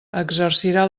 exercirà